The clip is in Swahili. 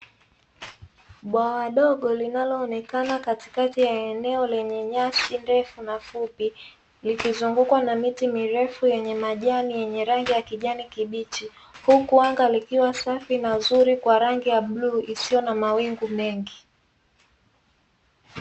Bwawa dogo linaloonekana katikati ya eneo lenye nyasi ndefu na fupi, likizungukwa na miti mirefu yenye majani yenye rangi ya kijani kibichi, huku anga likiwa safi na zuri kwa rangi ya bluu isiyo na mawingu mengi.